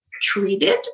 treated